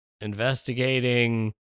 investigating